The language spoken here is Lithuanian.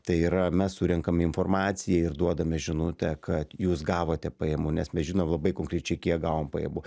tai yra mes surenkam informaciją ir duodame žinutę kad jūs gavote pajamų nes mes žinom labai konkrečiai kiek gavom pajėgų